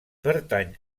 pertany